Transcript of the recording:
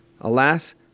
Alas